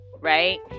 right